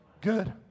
Good